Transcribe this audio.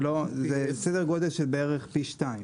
זה סדר גודל של בערך פי שניים.